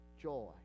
joy